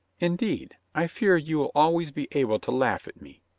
indeed, i fear you'll always be able to laugh at me,